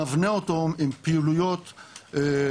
נבנה אותן עם פעילויות בונות,